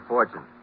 Fortune